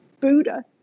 Buddha